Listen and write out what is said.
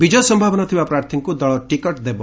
ବିଜୟ ସୟାବନା ଥିବା ପ୍ରାର୍ଥୀଙ୍କୁ ଦଳ ଟିକେଟ୍ ଦେବ